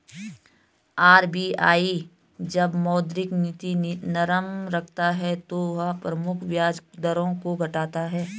RBI जब मौद्रिक नीति नरम रखता है तो वह प्रमुख ब्याज दरों को घटाता है